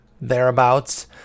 thereabouts